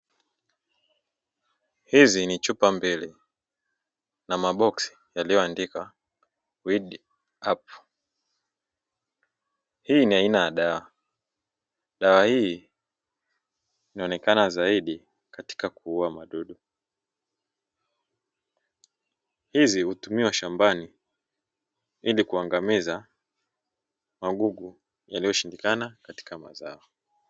Hizi ni chupa mbili na maboksi yaliyoandika "weed up" hii ni aina ya dawa, dawa hii inaonekana zaidi katika kuua magugu. Hizi hutumia shambani ili kuangamiza magugu yaliyoshindikana katika mazao.